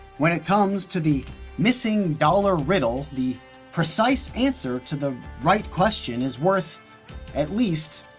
when it comes to the missing dollar riddle, the precise answer to the right question is worth at least.